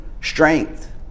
strength